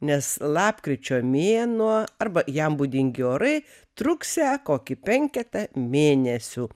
nes lapkričio mėnuo arba jam būdingi orai truksią kokį penketą mėnesių